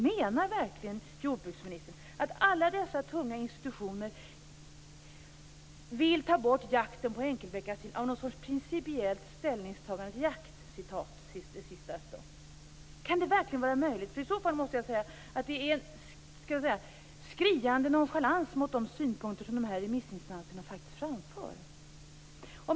Menar verkligen jordbruksministern att alla dessa tunga institutioner vill ta bort jakten på enkelbeckasinen på grund av något "principiellt ställningstagande till jakt"? Kan det verkligen vara möjligt? I så fall måste jag säga att det är en skriande nonchalans mot de synpunkter som dessa remissinstanser faktiskt framför.